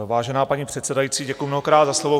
Vážená paní předsedající, děkuji mnohokrát za slovo.